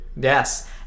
yes